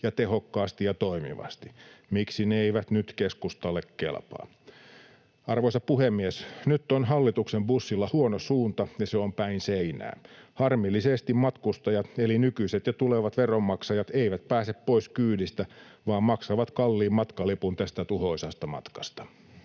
ja tehokkaasti ja toimivasti. Miksi ne eivät nyt keskustalle kelpaa? Arvoisa puhemies! Nyt on hallituksen bussilla huono suunta, ja se on päin seinää. Harmillisesti matkustajat eli nykyiset ja tulevat veronmaksajat eivät pääse pois kyydistä, vaan maksavat kalliin matkalipun tästä tuhoisasta matkasta.